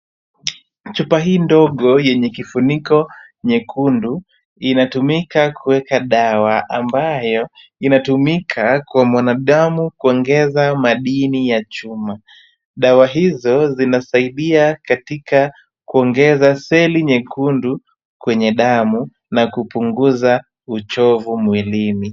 Chupa hii ndogo yenye kifuniko nyekundu, inatumika kuweka dawa ambayo inatumika kwa mwanadamu kuongeza madini ya chuma. Dawa hizo zinasaidia katika kuongeza seli nyekundu kwenye damu na kupunguza uchovu mwilini.